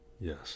Yes